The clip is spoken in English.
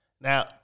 Now